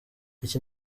iki